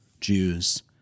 Jews